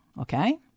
Okay